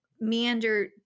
meander